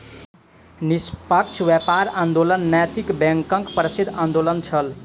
निष्पक्ष व्यापार आंदोलन नैतिक बैंकक प्रसिद्ध आंदोलन छल